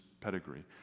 pedigree